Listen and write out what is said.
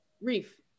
reef